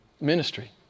ministry